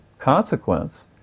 consequence